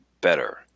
better